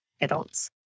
adults